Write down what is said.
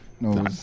No